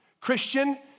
Christian